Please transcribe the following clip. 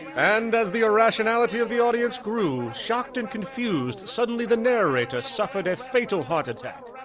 and as the irrationality of the audience grew, shocked and confused, suddenly the narrator suffered a fatal heart attack.